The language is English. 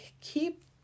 keep